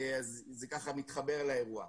אז זה מתחבר לאירוע.